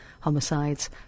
homicides